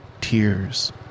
...tears